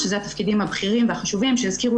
שזה התפקידים הבכירים והחשובים שהזכירו